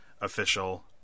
official